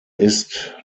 ist